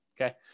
Okay